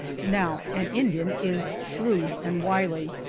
now an indian is shrewd and wily!